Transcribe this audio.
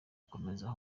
gukomeza